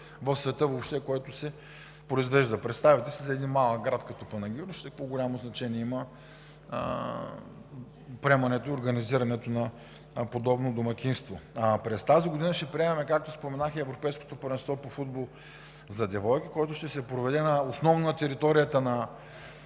в света, които се произвеждат. Представяте си за един малък град като Панагюрище какво голямо значение има приемането и организирането на подобно домакинство. А през тази година ще приемем, както споменах, и Европейското първенство по футбол за девойки, което ще се проведе основно на територията на